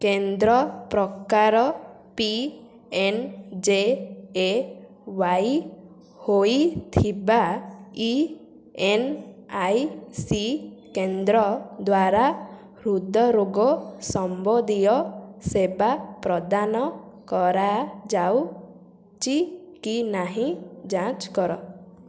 କେନ୍ଦ୍ର ପ୍ରକାର P M J A Y ହୋଇଥିବା ଇ ଏନ୍ ଆଇ ସି କେନ୍ଦ୍ର ଦ୍ୱାରା ହୃଦ୍ରୋଗ ସମ୍ବନ୍ଧୀୟ ସେବା ପ୍ରଦାନ କରାଯାଉଛି କି ନାହିଁ ଯାଞ୍ଚ୍ କର